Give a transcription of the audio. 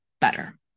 better